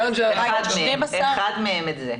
אחת האזהרות.